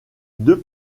deux